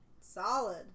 solid